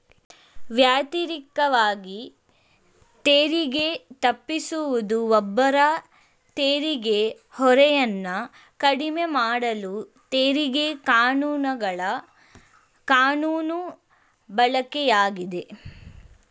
ವ್ಯತಿರಿಕ್ತವಾಗಿ ತೆರಿಗೆ ತಪ್ಪಿಸುವುದು ಒಬ್ಬರ ತೆರಿಗೆ ಹೊರೆಯನ್ನ ಕಡಿಮೆಮಾಡಲು ತೆರಿಗೆ ಕಾನೂನುಗಳ ಕಾನೂನು ಬಳಕೆಯಾಗಿದೆ